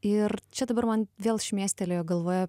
ir čia dabar man vėl šmėstelėjo galvoje